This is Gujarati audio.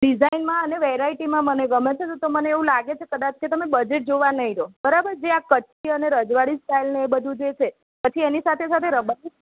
ડિઝાઇનમાં અને વેરાઇટીમાં મને ગમે છે તો મને એવું લાગે છે કે કદાચ કે તમે બજેટ જોવા નહીં રહો બરાબર જે આ કચ્છી અને રજવાડી સ્ટાઇલ ને એ બધું જે છે પછી એની સાથે સાથે રબારી